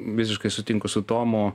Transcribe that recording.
visiškai sutinku su tomu